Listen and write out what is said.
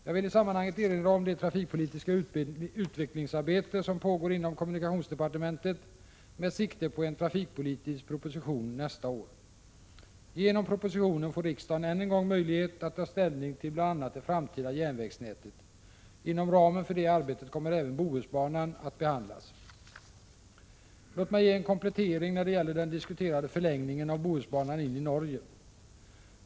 Jag vill i sammanhanget erinra om det trafikpolitiska utvecklingsarbete som pågår inom kommunikationsdepartementet med sikte på en trafikpolitisk proposition nästa år. Genom propositionen får riksdagen än en gång möjlighet att ta ställning till bl.a. det framtida järnvägsnätet. Inom ramen för det arbetet kommer även Bohusbanan att behandlas. Låt mig ge en komplettering när det gäller den diskuterade förlängningen av Bohusbanan in i Norge.